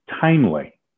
timely